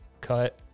cut